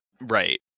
Right